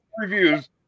Reviews